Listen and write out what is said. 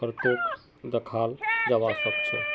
करतोत दखाल जबा सके छै